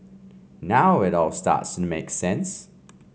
now it all starts make sense